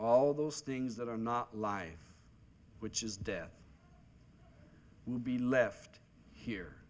all those things that are not life which is death will be left here